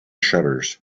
shutters